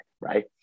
right